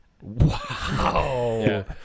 Wow